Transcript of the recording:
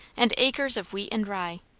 and acres of wheat and rye,